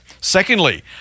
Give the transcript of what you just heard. secondly